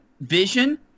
vision